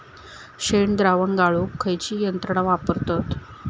शेणद्रावण गाळूक खयची यंत्रणा वापरतत?